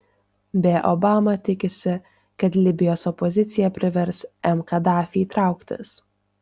b obama tikisi kad libijos opozicija privers m kadafį trauktis